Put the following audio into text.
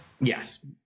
Yes